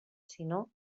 sinó